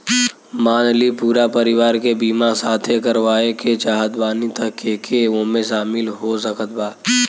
मान ली पूरा परिवार के बीमाँ साथे करवाए के चाहत बानी त के के ओमे शामिल हो सकत बा?